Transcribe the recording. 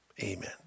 amen